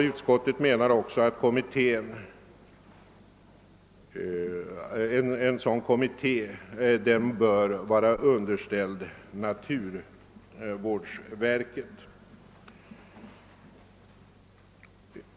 Utskottet menar att en sådan kommitté bör vara underställd naturvårdsverket.